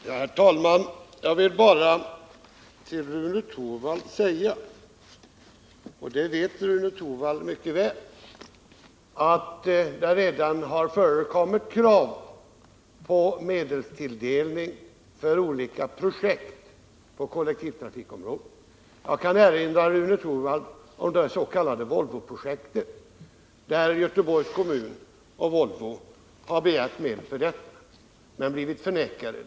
Herr talman! Jag vill bara säga till Rune Torwald att det redan har förekommit krav på medelstilldelning för olika projekt på kollektivtrafikområdet — det vet Rune Torwald mycket väl. Jag kan erinra Rune Torwald om det s.k. Volvoprojektet, för vilket Göteborgs kommun och Volvo begärde medel men blev nekade.